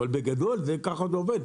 אבל בגדול זה ככה עובד.